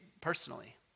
personally